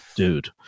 Dude